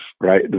right